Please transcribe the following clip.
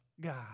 God